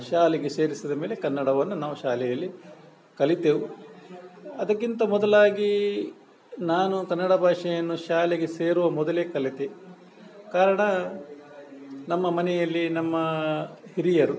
ಶಾಲೆಗೆ ಸೇರಿಸಿದ ಮೇಲೆ ಕನ್ನಡವನ್ನು ನಾವು ಶಾಲೆಯಲ್ಲಿ ಕಲಿತೆವು ಅದಕ್ಕಿಂತ ಮೊದಲಾಗಿ ನಾನು ಕನ್ನಡ ಭಾಷೆಯನ್ನು ಶಾಲೆಗೆ ಸೇರುವ ಮೊದಲೆ ಕಲಿತೆ ಕಾರಣ ನಮ್ಮ ಮನೆಯಲ್ಲಿ ನಮ್ಮ ಹಿರಿಯರು